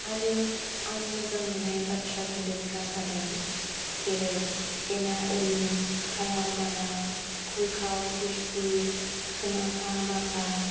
आरो आं मोजां मोननाय बाथ्रा खोन्दोबफ्रा जादों जेरै एना एनि खाराव माराव खुरखाव खुरसि खोनाफा माफा